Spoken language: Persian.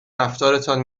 رفتارتان